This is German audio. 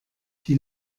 die